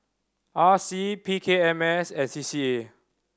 R C P K M S and C C A